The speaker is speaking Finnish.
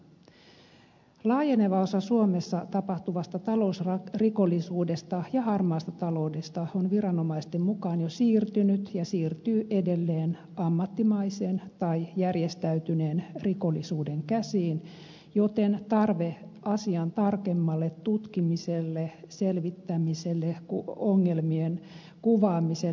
laajeneva osa suomessa tapahtuvasta talousrikollisuudesta ja harmaasta taloudesta on viranomaisten mukaan jo siirtynyt ja siirtyy edelleen ammattimaisen tai järjestäytyneen rikollisuuden käsiin joten tarve asian tarkemmalle tutkimiselle selvittämiselle ongelmien kuvaamiselle on ilmeinen